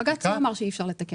בג"ץ לא אמר שאי אפשר לתקן בחקיקה.